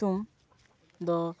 ᱧᱩᱛᱩᱢ ᱫᱚ